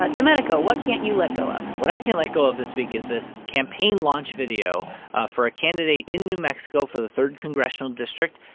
ah domenico, what can't you let go of? what i can't let go of this week is this campaign launch video for a candidate in new mexico for the third congressional district,